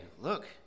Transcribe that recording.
look